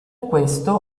questo